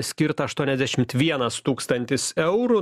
skirta aštuoniasdešimt vienas tūkstantis eurų